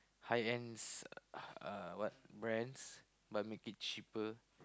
high ends uh what brands but make it cheaper